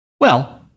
Well-